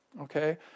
Okay